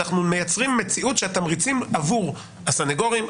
אנחנו מייצרים מציאות שהתמריצים עבור הסניגורים,